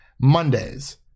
Mondays